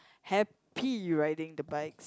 happy riding the bike